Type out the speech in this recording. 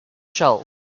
shells